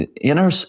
inner